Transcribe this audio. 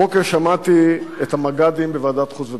הבוקר שמעתי את המג"דים בוועדת החוץ והביטחון.